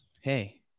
hey